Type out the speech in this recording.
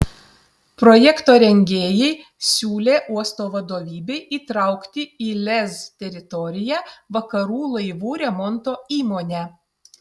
projekto rengėjai siūlė uosto vadovybei įtraukti į lez teritoriją vakarų laivų remonto įmonę